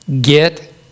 Get